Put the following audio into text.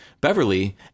Beverly